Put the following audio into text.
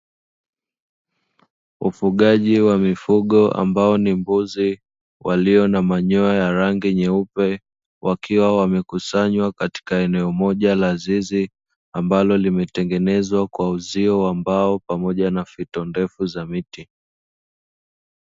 Ufugaji wa mifugo ambayo ni mbuzi walio na manyoya ya rangi nyeupe wakiwa wamekusanywa katika eneo moja la zizi, ambalo limetengenezwa kwa uzio wa mbao pamoja na fito ndefu za miti.